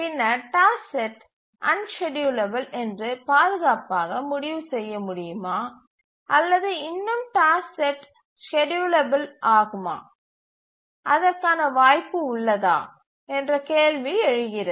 பின்னர் task set unschedulable என்று பாதுகாப்பாக முடிவு செய்ய முடியுமா அல்லது இன்னும் டாஸ்க் செட் ஸ்கேட்யூலபில் ஆகும் வாய்ப்பு உள்ளதா என்ற கேள்வி எழுகிறது